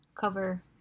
cover